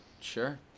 Sure